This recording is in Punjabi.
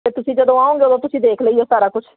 ਅਤੇ ਤੁਸੀਂ ਜਦੋਂ ਆਓਗੇ ਉਦੋਂ ਤੁਸੀਂ ਦੇਖ ਲਈਓ ਸਾਰਾ ਕੁਛ